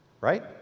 right